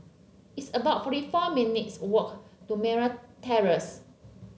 it's about forty four minutes' walk to Merryn Terrace